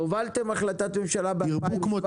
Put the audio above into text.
הובלתם החלטת ממשלה ב-2017